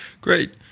Great